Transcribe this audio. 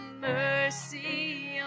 mercy